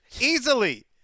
easily